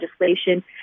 legislation